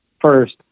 first